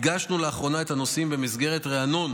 הדגשנו לאחרונה את הנושאים במסגרת ריענון